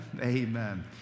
Amen